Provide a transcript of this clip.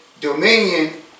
dominion